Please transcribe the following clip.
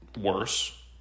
worse